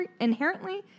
inherently